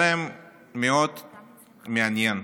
היה להם מאוד מעניין,